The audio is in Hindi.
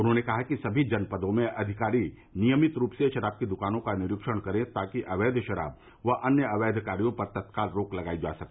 उन्होंने कहा कि सभी जनपदो में अधिकारी नियमित रूप से शराब की दुकानों का निरीक्षण करें ताकि अवैध शराब व अन्य अवैध कार्यो पर तत्काल रोक लगायी जा सके